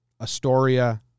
astoria